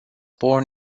born